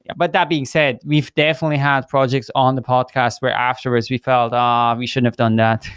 but that being said, we've definitely had projects on the podcast where afterwards we felt, um we shouldn't have done that.